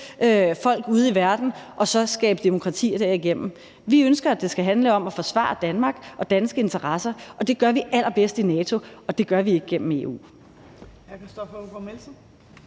folk ude i verden og så skabe demokratier derigennem. Vi ønsker, at det skal handler om at forsvare Danmark og danske interesser, og det gør vi allerbedst i NATO, og det gør vi ikke gennem EU.